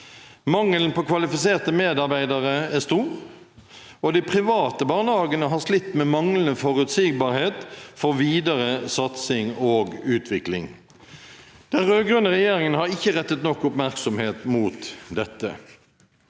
Mangelen på kvalifiserte medarbeidere er stor, og de private barnehagene har slitt med manglende forutsigbarhet for videre satsing og utvikling. Den rød-grønne regjeringen har ikke rettet nok oppmerksomhet mot dette.